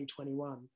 2021